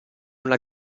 una